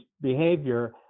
behavior